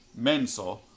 menso